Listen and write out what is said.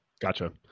Gotcha